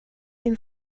din